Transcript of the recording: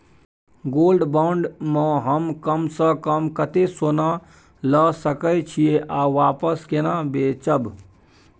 Gold bond म हम कम स कम कत्ते सोना ल सके छिए आ वापस केना बेचब?